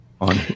on